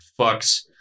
fucks